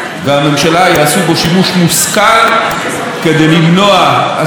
מושכל כדי למנוע הסתה ודה-לגיטימציה,